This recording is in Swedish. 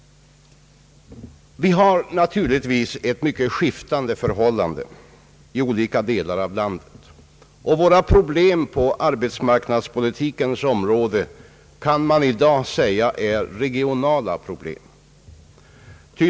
Vi har naturligtvis mycket skiftande förhållanden i olika delar av landet, och våra problem på arbetsmarknadspolitikens område kan man i dag säga är regionala problem.